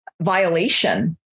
violation